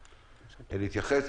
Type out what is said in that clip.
להתייחס,